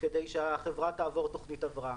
כדי שהחברה תעבור תוכנית הבראה.